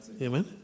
amen